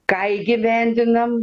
ką įgyvendinam